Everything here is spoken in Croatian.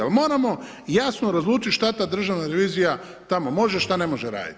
Ali moramo jasno razlučiti šta ta državna revizija tamo može a šta ne može raditi.